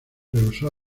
rehusó